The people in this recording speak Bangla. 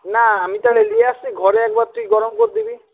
না আমি তাহলে নিয়ে আসছি ঘরে একবার তুই গরম করে দিবি